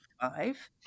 five